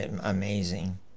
amazing